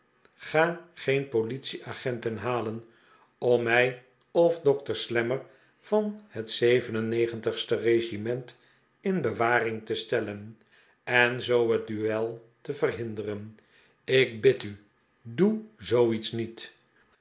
ga geen politieagenten halen om mij of dokter slammer van het zeven en negentigste regiment in bewaring te stellen en zoo het duel te verhinderen ik bid u doe zoo iets niet